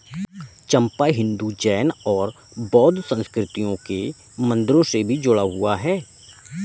चंपा हिंदू, जैन और बौद्ध संस्कृतियों के मंदिरों से भी जुड़ा हुआ है